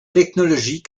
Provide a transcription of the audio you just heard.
technologie